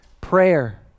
prayer